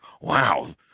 wow